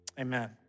Amen